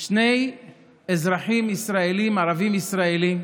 שני אזרחים ישראלים, ערבים ישראלים,